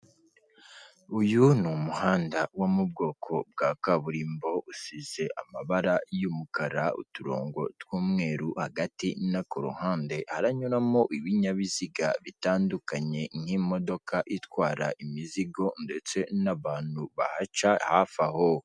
Uyu ni umuhanda wo mu bwoko bwa kaburimbo usize amabara y'umukara uturongo tw'umweru hagati na ku ruhande, haranyuramo ibinyabiziga bitandukanye nk'imodoka itwara imizigo ndetse n'abantu bahaca hafi aho.